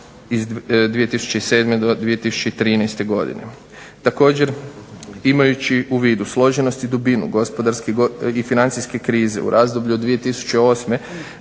iz 2007. do 2013. godine. Također imajući u vidu služenost i dubinu gospodarske i financijske krize u razdoblju od 2008. do